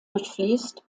durchfließt